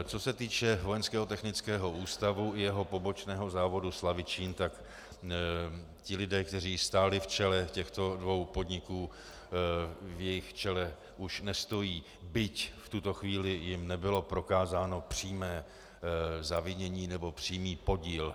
Co se týče Vojenského technického ústavu i jeho pobočného závodu Slavičín, ti lidé, kteří stáli v čele těchto dvou podniků, v jejich čele už nestojí, byť jim v tuto chvíli nebylo prokázáno přímé zavinění nebo přímý podíl.